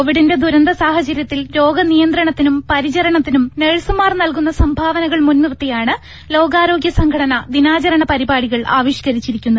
കോവിഡിന്റെ ദുരന്ത സാഹചര്യത്തിൽ രോഗനിയന്ത്രണത്തിനും പരിചരണത്തിനും നഴ്സുമാർ നൽകുന്ന സംഭാവനകൾ മുൻനിർത്തിയാണ് ലോകാരോഗ്യസംഘടന ദിനാചരണ പരിപാടികൾ ആവിഷ്കരിച്ചിരിക്കുന്നത്